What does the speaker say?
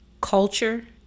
culture